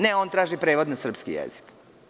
Ne, on traži prevod na srpski jezik.